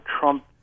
Trump